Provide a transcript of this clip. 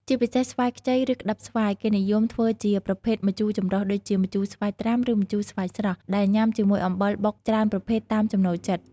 ជាពិសេស ស្វាយខ្ចី ឬក្ដឹបស្វាយ គេពេញនិយមធ្វើជាប្រភេទម្ជូរចម្រុះ ដូចជាម្ជូរស្វាយត្រាំ ឬម្ជូរស្វាយស្រស់ ដែលញ៉ាំជាមួយអំបិលបុកច្រើនប្រភេទតាមចំណូលចិត្ត។